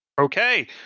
Okay